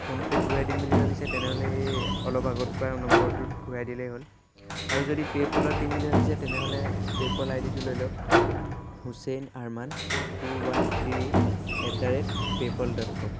ফোনপে'ত ঘূৰাই দিম বুলি ভাবিছে তেনেহ'লে অলপ আগত কোৱা নম্বৰটোত ঘূৰাই দিলেই হ'ল আৰু যদি পে'পলত দিম বুলি ভাবিছে তেনেহ'লে পে'পল আইডিটো লৈ লওক Hussain Arman two one three at the rate PayPal dot com